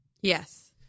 Yes